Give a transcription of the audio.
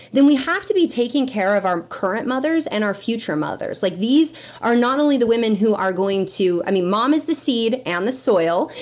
then we have to be taking care of our current mothers and our future mothers. like these are not only the women who are going to. um ah mom is the seed, and the soil,